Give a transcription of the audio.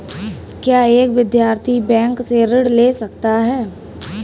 क्या एक विद्यार्थी बैंक से ऋण ले सकता है?